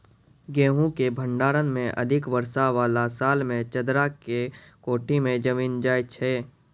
गेहूँ के भंडारण मे अधिक वर्षा वाला साल मे चदरा के कोठी मे जमीन जाय छैय?